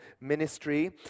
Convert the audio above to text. Ministry